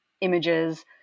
images